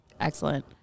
Excellent